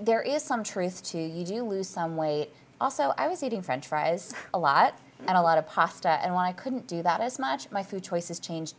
there is some truth to you do lose some weight also i was eating french fries a lot and a lot of pasta and i couldn't do that as much my food choices change